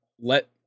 let